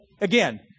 again